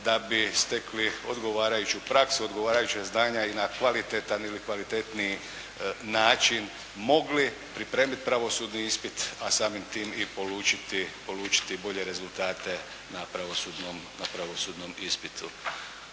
da bi stekli odgovarajuću praksu, odgovarajuća znanja i na kvalitetan ili kvalitetniji način mogli pripremiti pravosudni ispit, a samim tim i polučiti bolje rezultate na pravosudnom ispitu.